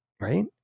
right